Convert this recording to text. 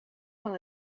van